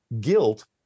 guilt